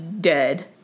dead